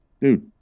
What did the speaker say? dude